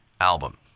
album